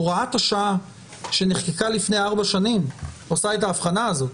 הוראת השעה שנחקקה לפני ארבע שנים עושה את ההבחנה הזאת.